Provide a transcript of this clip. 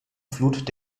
flut